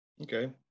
Okay